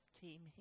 team